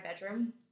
bedroom